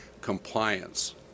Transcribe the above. compliance